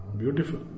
beautiful